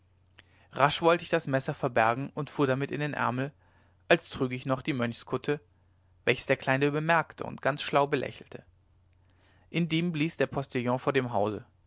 rasch wollte ich das messer verbergen und fuhr damit in den ärmel als trüge ich noch die mönchskutte welches der kleine bemerkte und ganz schlau belächelte indem blies der postillon vor dem hause